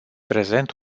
prezent